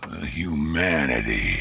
humanity